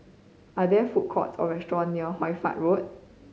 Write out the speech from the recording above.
are there food courts or restaurants near Hoy Fatt Road